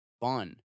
fun